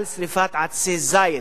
לשרפת עצי זית,